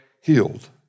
healed